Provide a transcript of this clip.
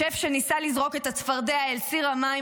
השף שניסה לזרוק את הצפרדע אל סיר המים